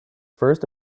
first